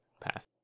path